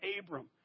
Abram